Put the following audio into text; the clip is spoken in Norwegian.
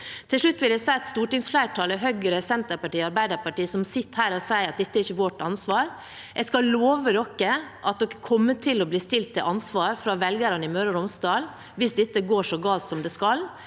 Til slutt vil jeg si til stortingsflertallet – Høyre, Senterpartiet og Arbeiderpartiet – som sitter her og sier at dette er ikke er deres ansvar: Jeg skal love dem at de kommer til å bli stilt til ansvar fra velgerne i Møre og Romsdal hvis dette går så galt som det kan